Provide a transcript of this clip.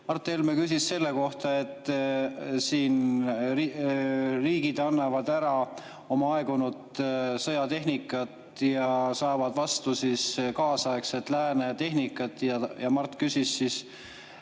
Mart Helme küsis selle kohta, et riigid annavad ära oma aegunud sõjatehnikat ja saavad vastu kaasaegset lääne tehnikat. Ja Mart küsis,